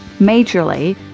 majorly